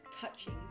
touching